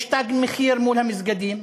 יש "תג מחיר" מול המסגדים,